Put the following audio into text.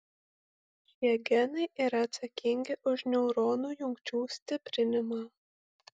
šie genai yra atsakingi už neuronų jungčių stiprinimą